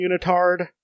unitard